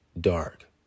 dark